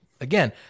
Again